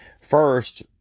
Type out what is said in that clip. First